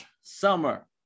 summer